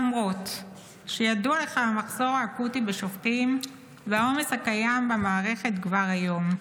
למרות שידוע לך המחסור האקוטי בשופטים והעומס הקיים במערכת כבר היום.